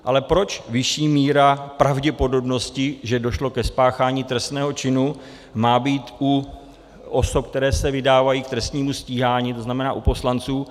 Ale proč vyšší míra pravděpodobnosti, že došlo ke spáchání trestného činu, má být u osob, které se vydávají k trestnímu stíhání, to znamená u poslanců?